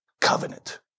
covenant